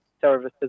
services